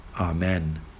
amen